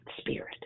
spirit